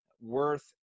worth